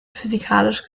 physikalisch